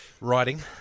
writing